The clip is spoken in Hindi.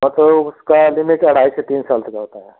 मतलब उसका लिमिट अढ़ाई से तीन साल तक का होता है